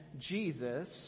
Jesus